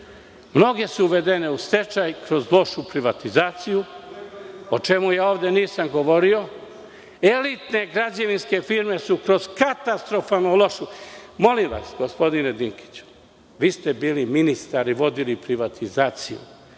Mnoge su uvedene u stečaj kroz lošu privatizaciju, o čemu ja ovde nisam govorio. Elitne građevinske firme su kroz katastrofalno lošu…Molim vas, gospodine Dinkiću, bili ste ministar i vodili ste privatizaciju.